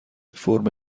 فرم